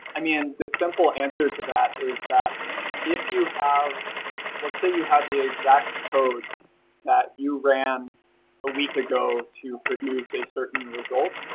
and the and the simple answer to that is that if you have let's say you have the exact code that you ran a week ago to produce a certain result,